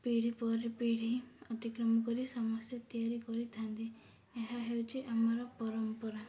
ପିଢ଼ି ପରେ ପିଢ଼ି ଅତିକ୍ରମ କରି ସମସ୍ତେ ତିଆରି କରିଥାନ୍ତି ଏହା ହେଉଛି ଆମର ପରମ୍ପରା